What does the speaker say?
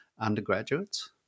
undergraduates